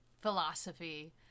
philosophy